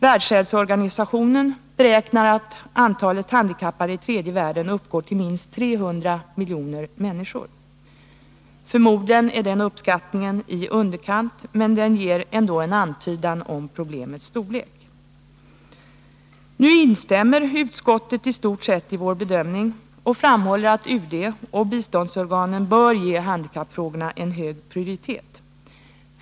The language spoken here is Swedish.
Världshälsoorganisationen beräknar att antalet handikappade i tredje världen uppgår till minst 300 miljoner människor. Förmodligen är den uppskattningen i underkant, men den ger ändå en antydan om problemets storlek. Nu instämmer utskottet i stort sett i vår bedömning och framhåller att UD och biståndsorganen bör ge handikappfrågorna en hög prioritet.